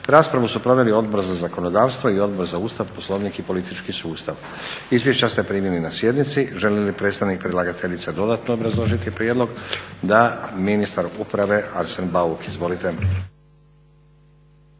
Raspravu su proveli Odbor za zakonodavstvo i Odbor za Ustav, Poslovnik i politički sustav. Izvješća ste primili na sjednici. Želi li predstavnik predlagateljice dodatno obrazložiti prijedlog? Da. Ministar uprave Arsen Bauk, izvolite.